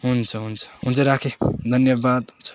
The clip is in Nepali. हुन्छ हुन्छ हुन्छ राखेँ धन्यवाद हुन्छ